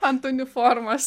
ant uniformos